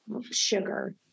sugar